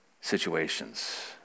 situations